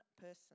person